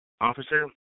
officer